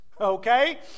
okay